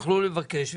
יוכלו לבקש,